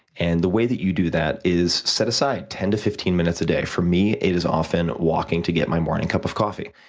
and, the way that you do that is set aside ten to fifteen minutes a day. for me, it is often walking to get my morning cup of coffee,